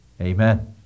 Amen